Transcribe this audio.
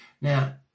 Now